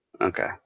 okay